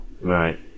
Right